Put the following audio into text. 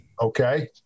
okay